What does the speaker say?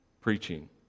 preaching